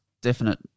definite